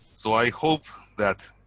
so i hope that